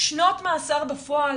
שנת מאסר בפועל